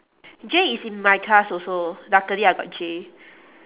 J is in my class also luckily I got J